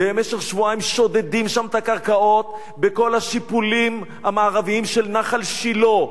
ובמשך שבועיים שודדים שם את הקרקעות בכל השיפולים המערביים של נחל שילה.